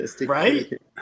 right